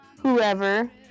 Whoever